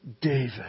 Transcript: David